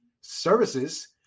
Services